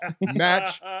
match